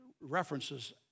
references